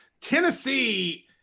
Tennessee